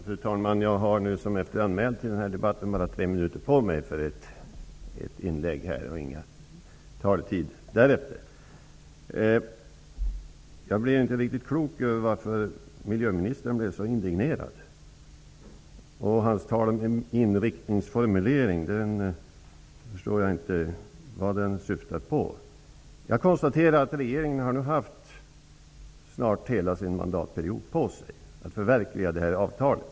Fru talman! Såsom efteranmäld till den här debatten har jag bara tre minuter på mig för ett inlägg. Jag har ingen taletid därefter. Jag blev inte riktigt klok på varför miljöministern blev så indignerad. Jag förstår inte vad hans tal om inriktningsformulering syftar på. Jag konstaterar att regeringen snart har haft hela sin mandatperiod på sig att förverkliga det här avtalet.